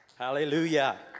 Hallelujah